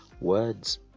words